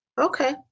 Okay